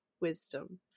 wisdom